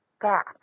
back